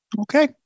Okay